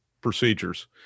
procedures